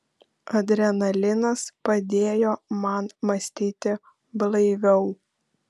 adrenalinas padėjo man mąstyti blaiviau